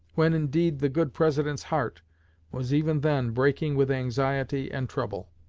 when, indeed, the good president's heart was even then breaking with anxiety and trouble.